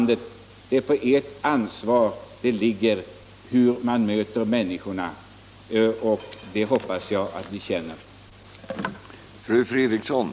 Det är på ert ansvar det ligger hur människorna bemöts. Det hoppas jag att ni också förstår.